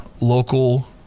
local